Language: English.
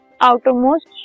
outermost